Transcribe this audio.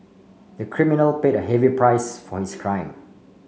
the criminal paid a heavy price for his crime